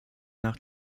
nach